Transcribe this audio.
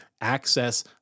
access